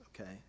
okay